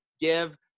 give